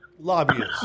Lobbyists